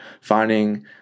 finding